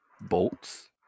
bolts